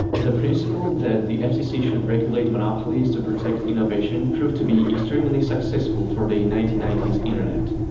the principle that the fcc should regulate monopolies to protect innovation proved to be extremely successful for the nineteen ninety s internet.